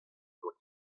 doa